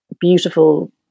beautiful